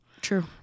True